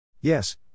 Yes